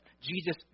Jesus